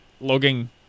logging